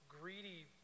greedy